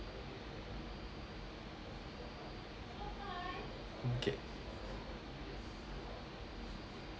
okay